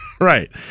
Right